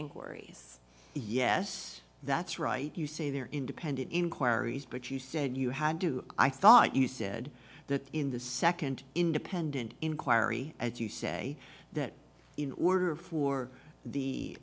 inquiries yes that's right you say they're independent inquiries but you said you had to i thought you said that in the nd independent inquiry as you say that in order for the